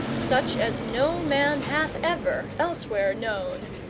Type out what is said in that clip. such as no man hath ever elsewhere known,